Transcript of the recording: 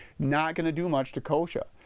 not going to do much to kochia.